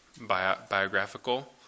biographical